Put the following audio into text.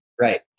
Right